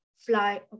fly